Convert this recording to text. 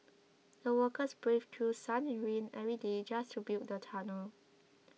the workers braved through sun and rain every day just to build the tunnel